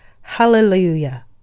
Hallelujah